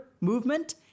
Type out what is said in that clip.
movement